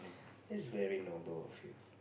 that's very noble of you